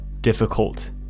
difficult